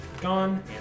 gone